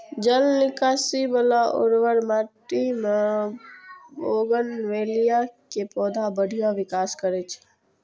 जल निकासी बला उर्वर माटि मे बोगनवेलिया के पौधा बढ़िया विकास करै छै